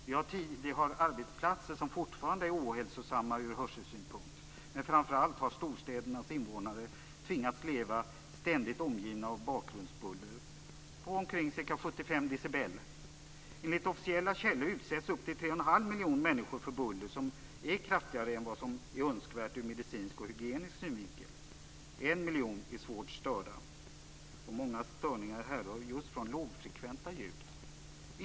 Vi har arbetsplatser som fortfarande är ohälsosamma ur hörselsynpunkt. Framför allt har storstädernas invånare tvingats leva ständigt omgivna av bakgrundsbuller på omkring 75 dB. Enligt officiella källor utsätts upp till 3 1⁄2 miljoner människor för buller som är kraftigare än vad som är önskvärt ur medicinsk och hygienisk synvinkel. 1 miljon är svårt störda. Många störningar härrör just från lågfrekventa ljud.